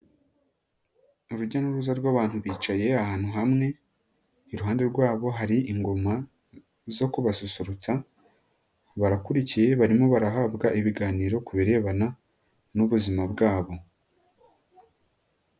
Urujya n'uruza rw'abantu bicaye ahantu hamwe, iruhande rwabo hari ingoma zo kubasusurutsa, barakurikiye barimo barahabwa ibiganiro ku birebana n'ubuzima bwabo.